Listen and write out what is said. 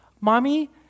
Mommy